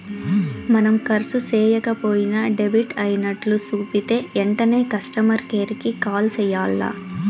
మనం కర్సు సేయక పోయినా డెబిట్ అయినట్లు సూపితే ఎంటనే కస్టమర్ కేర్ కి కాల్ సెయ్యాల్ల